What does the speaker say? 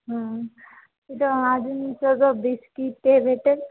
हां तिथं आजून सगळं बिस्कीटे भेटेल